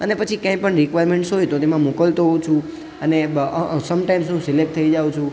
અને પછી કંઈ પણ રિક્વાયરમેન્ટ હોય તો તેમાં મોકલતો હોઉં છું અને સમટાઈમ્સ હું સિલેક્ટ થઈ જાઉં છું